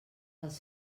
els